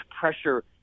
pressure